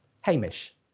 Hamish